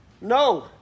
No